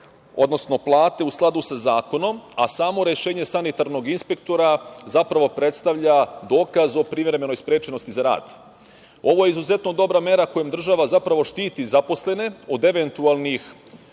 odnosno plate, u skladu sa zakonom, a samo rešenje sanitarnog inspektora zapravo predstavlja dokaz o privremenoj sprečenosti za rad. Ovo je izuzetno dobra mera kojom država zapravo štiti zaposlene od eventualnih